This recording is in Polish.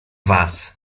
was